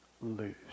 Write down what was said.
lose